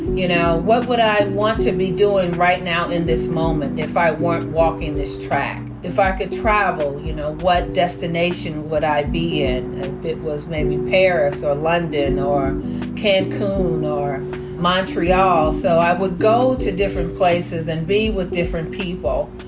you know, what would i want to be doing right now in this moment if i weren't walking this track. if i could travel, you know, what destination would i be in. if it was maybe paris or london or cancun or montreal. so i would go to different places and be with different people.